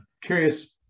curious